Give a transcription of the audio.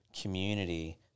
community